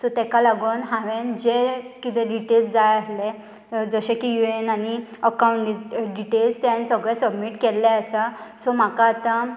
so तेका लागोन हांवेंन जे कितें डिटेल्स जाय आसलें जशे की यु एन आनी अकावंट डिटेल्स तेन्ना सगळे सबमीट केल्ले आसा सो म्हाका आतां